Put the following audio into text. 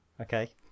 Okay